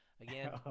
again